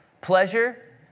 Pleasure